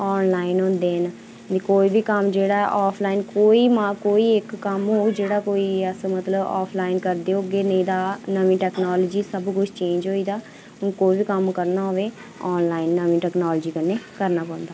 online होंदे न ते कोई बी कम्म जेह्ड़ा आफलाइन कोई मा कोई इक कम्म होग जेह्ड़ा कोई ऐसा मतलब आफलाइन करदे होगे नेईं तां नमीं टैक्नोलिजी सब किश चेंज होई गेदा हून कोई बी कम्म करना हौवै आनलाइन नमीं टैक्नोलिजी कन्नै करना पौंदा